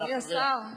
אדוני השר,